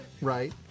right